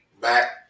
back